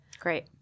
Great